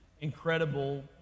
incredible